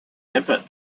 infant